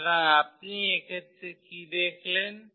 সুতরাং আপনি এক্ষেত্রে কি দেখলেন